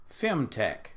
femtech